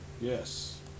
Yes